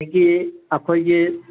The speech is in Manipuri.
ꯑꯗꯒꯤ ꯑꯩꯈꯣꯏꯒꯤ